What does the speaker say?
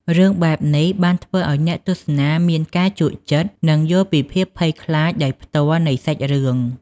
រឿងបែបនេះបានធ្វើឲ្យអ្នកទស្សនាមានការជក់ចិត្ត និងយល់ពីភាពភ័យខ្លាចដោយផ្ទាល់នៃសាច់រឿង។